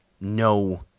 no